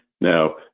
Now